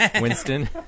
Winston